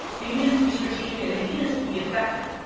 they need us to be strategic and they need us to be effective.